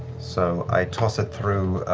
so i toss it through,